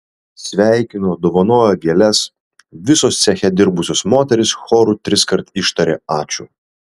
sveikino dovanojo gėles visos ceche dirbusios moterys choru triskart ištarė ačiū